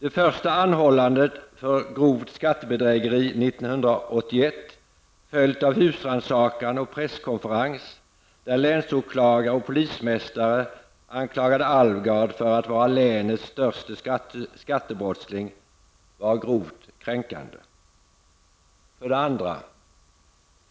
1981 -- följt av husrannsakan och presskonferens där länsåklagare och polismästare anklagade Alvgard för att vara länets störste skattebrottsling -- var grovt kränkande. 2.